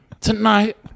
tonight